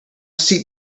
seat